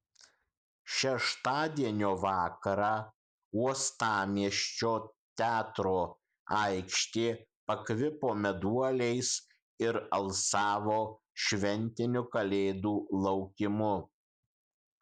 šeštadienio vakarą uostamiesčio teatro aikštė pakvipo meduoliais ir alsavo šventiniu kalėdų laukimu